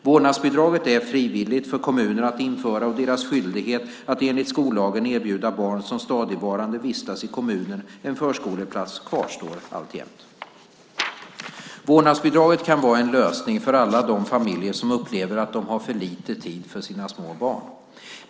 Vårdnadsbidraget är frivilligt för kommunerna att införa, och deras skyldighet att enligt skollagen erbjuda barn som stadigvarande vistas i kommunen en förskoleplats kvarstår alltjämt. Vårdnadsbidrag kan vara en lösning för alla de familjer som upplever att de har för lite tid för sina små barn.